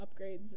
upgrades